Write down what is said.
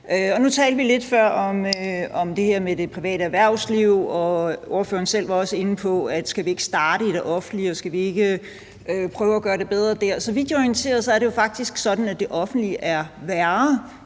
om det her med det private erhvervsliv, og ordføreren selv var også inde på, om vi ikke skal starte i det offentlige og prøve at gøre det bedre der. Så vidt jeg er orienteret, er det jo faktisk sådan, at det offentlige er værre